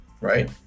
right